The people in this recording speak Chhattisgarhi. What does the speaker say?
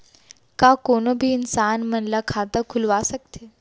का कोनो भी इंसान मन ला खाता खुलवा सकथे?